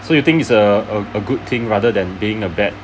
so you think it's a a a good thing rather than being a bad